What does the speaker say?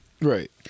Right